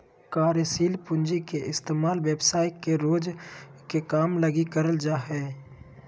कार्यशील पूँजी के इस्तेमाल व्यवसाय के रोज के काम लगी करल जा हय